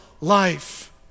life